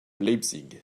leipzig